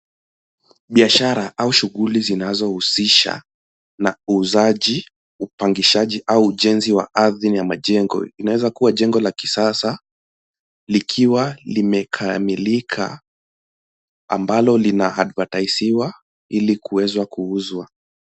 Biashara au shughuli zinazohusisha na uuzaji, upangishaji au ujenzi wa ardhi na majengo. Inaweza kuwa jengo la kisasa likiwa limekamilika, ambalo lina advataisiwa ili kuweza kuuzwa.